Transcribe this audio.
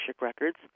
Records